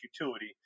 utility